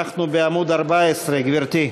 אנחנו בעמוד 14. גברתי?